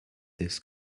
this